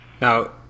Now